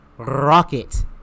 Rocket